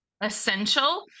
essential